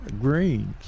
greens